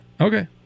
Okay